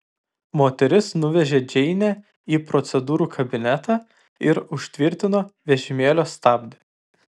moteris nuvežė džeinę į procedūrų kabinetą ir užtvirtino vežimėlio stabdį